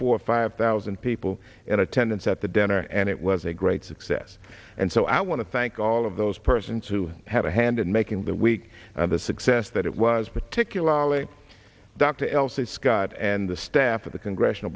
or five thousand people in attendance at the dinner and it was a great success and so i want to thank all of those persons who had a hand in making the week the success that it was particularly dr elsie scott and the staff of the congressional